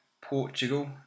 Portugal